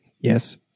Yes